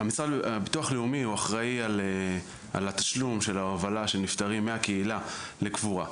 ביטוח לאומי הוא אחראי על התשלום של ההובלה של הנפטרים מהקהילה לקבורה.